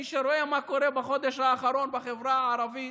מי שרואה מה קורה בחודש האחרון בחברה הערבית